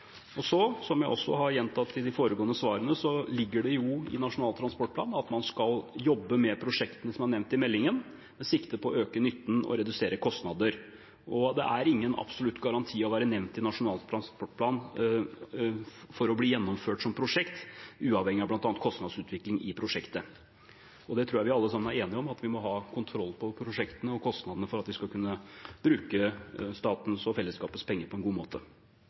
Som jeg også har gjentatt i de foregående svarene, ligger det i Nasjonal transportplan at man skal jobbe med prosjektene som er nevnt i meldingen med sikte på å øke nytten og redusere kostnader. Det er ingen absolutt garanti å være nevnt i Nasjonal transportplan for å bli gjennomført som prosjekt uavhengig av bl.a. kostnadsutvikling i prosjektet. Jeg tror vi alle sammen er enige om at vi må ha kontroll på prosjektene og kostnadene for at vi skal kunne bruke statens og fellesskapets penger på en god måte.